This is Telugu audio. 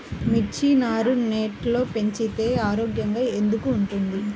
మిర్చి నారు నెట్లో పెంచితే ఆరోగ్యంగా ఎందుకు ఉంటుంది?